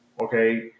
okay